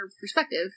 perspective